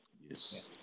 Yes